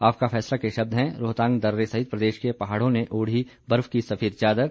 आपका फैसला के शब्द हैं रोहतांग दर्रे सहित प्रदेश के पहाड़ों ने ओढ़ी बर्फ की सफेद चादर